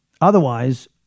Otherwise